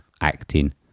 acting